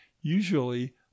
usually